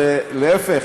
להפך,